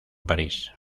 parís